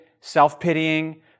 self-pitying